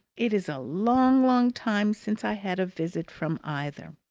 it is a long, long time since i had a visit from either.